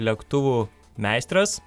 lėktuvų meistras